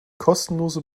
kostenlose